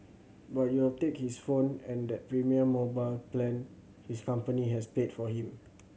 but you'll take his phone and that premium mobile plan his company has paid for him